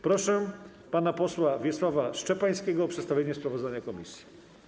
Proszę pana posła Wiesława Szczepańskiego o przedstawienie sprawozdania komisji.